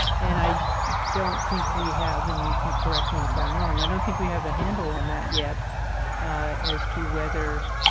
and i don't think we have, and you can correct me if i'm wrong, i don't think we have a handle on that yet as to whether